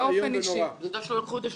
פשוט איום ונורא, בושה.